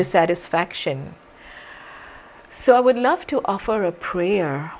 dissatisfaction so i would love to offer a prayer